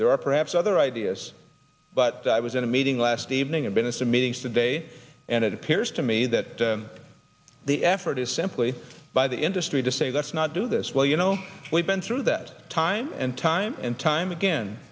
there or perhaps other ideas but i was in a meeting last evening a minister meetings today and it appears to me that the effort is simply by the industry to say let's not do this well you know we've been through that time and time and time again